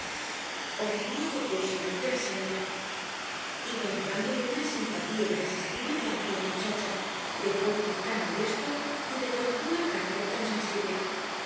serénese ordenó afectuosamente la señora iba entrándole una simpatía irresistible por aquella muchacha de porte tan modesto y de corazón al parecer tan sensible